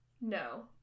No